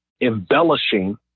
embellishing